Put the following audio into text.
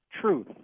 truth